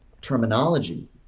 terminology